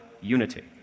unity